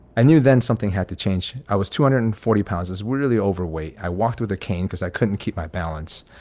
i knew then something had to change. i was two hundred and forty pounds. we're really overweight. i walked with a cane because i couldn't keep my balance.